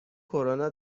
کرونا